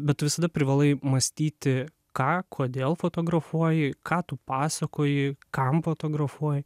bet tu visada privalai mąstyti ką kodėl fotografuoji ką tu pasakoji kam fotografuoji